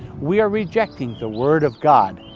we are rejecting the word of god,